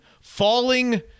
falling